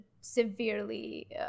severely